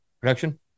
production